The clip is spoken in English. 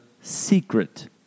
secret